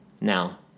Now